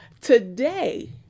today